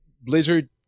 Blizzard